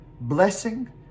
blessing